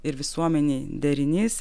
ir visuomenei derinys